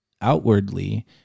outwardly